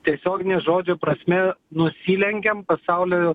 tiesiogine žodžio prasme nusilenkiam pasaulio